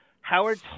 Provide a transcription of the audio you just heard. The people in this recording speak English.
Howard